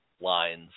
lines